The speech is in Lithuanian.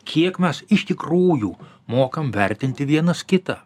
kiek mes iš tikrųjų mokam vertinti vienas kitą